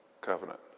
covenant